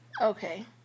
Okay